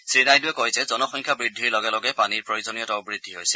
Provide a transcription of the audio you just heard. শ্ৰীনাইডুৱে কয় যে জনসংখ্যা বৃদ্ধিৰ লগে লগে পানীৰ প্ৰয়োজনীয়তাও বৃদ্ধি হৈছে